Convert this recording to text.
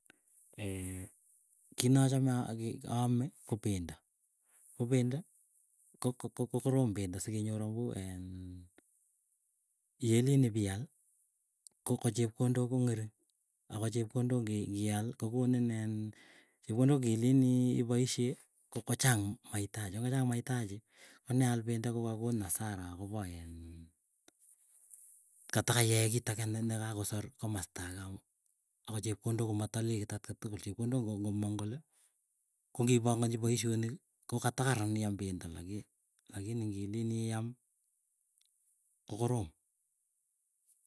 kii nachame aame ko pendo ko pendo, ko ko kokorom pendo sikenyor amuu iin yeelen, ipial ko kochepkondok kong'ering, akochepkondok ngial kokonin en chepkondok ngilen ipoisyee kochang maitaji. Ko ngochang maitaji koneal pendo kokakonin hasara akopoin kataka iae kiit agee nekakosor komasta agee amuu. Akot chepkondok komatalekit atkatugul chepkondok ngomong kole kongipanganchi paisyoniki, ko katakaran iam pendo lakini, lakini ngilen iam ko korom.